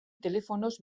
telefonoz